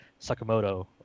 Sakamoto